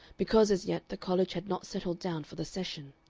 because as yet the college had not settled down for the session.